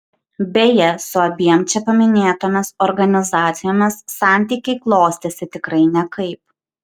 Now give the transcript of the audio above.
beje su abiem čia paminėtomis organizacijomis santykiai klostėsi tikrai nekaip